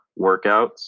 workouts